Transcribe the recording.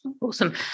Awesome